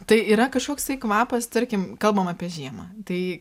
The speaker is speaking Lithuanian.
tai yra kažkoks tai kvapas tarkim kalbam apie žiemą tai